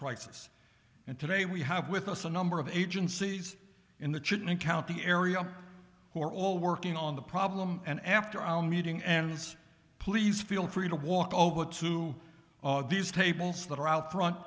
crisis and today we have with us a number of agencies in the treatment county area who are all working on the problem and after all meeting ends please feel free to walk over to all these tables that are out front